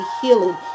healing